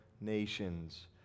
nations